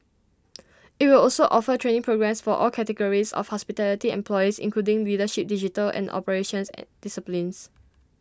IT will also offer training programmes for all categories of hospitality employees including leadership digital and operations and disciplines